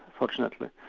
fortunately.